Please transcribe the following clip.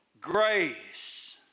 grace